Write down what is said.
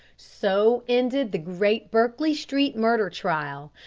so ended the great berkeley street murder trial,